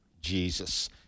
Jesus